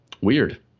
Weird